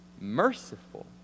merciful